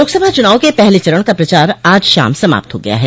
लोकसभा चुनाव के पहले चरण का प्रचार आज शाम समाप्त हो गया है